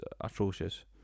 atrocious